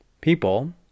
people